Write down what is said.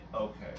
Okay